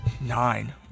nine